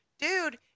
Dude